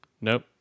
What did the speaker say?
Nope